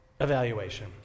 evaluation